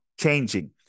changing